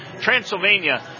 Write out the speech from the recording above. Transylvania